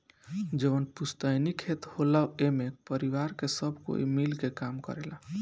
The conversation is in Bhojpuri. जवन पुस्तैनी खेत होला एमे परिवार के सब कोई मिल के काम करेला